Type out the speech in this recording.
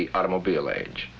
the automobile age